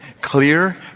clear